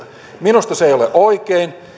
minusta se ei ole oikein